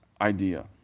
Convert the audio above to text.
idea